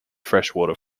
freshwater